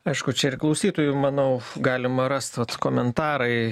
aišku čia ir klausytojų manau galima rast vat komentarai